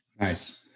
Nice